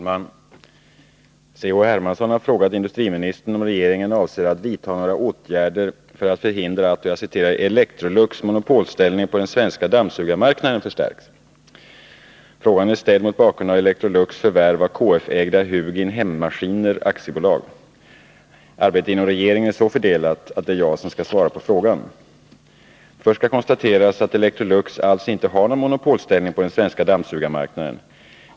Herr talman! C.-H. Hermansson har frågat industriministern om regeringen avser att vidta några åtgärder för att förhindra att ”Electrolux monopolställning på den svenska dammsugarmarknaden” förstärks. Frågan är ställd mot bakgrund av Electrolux förvärv av KF-ägda Hugin Hemmaskiner AB. Arbetet inom regeringen är så fördelat att det är jag som skall svara på frågan. Först skall konstateras att Electrolux alls inte har någon monopolställning på den svenska dammsugarmarknaden.